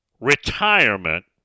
retirement